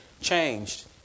changed